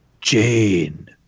Jane